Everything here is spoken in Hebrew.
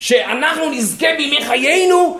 שאנחנו נזכה בימי חיינו?